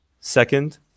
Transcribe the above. Second